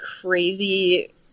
crazy